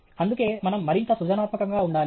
అందుకే మనం మరింత సృజనాత్మకంగా ఉండాలి